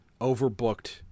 overbooked